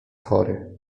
chory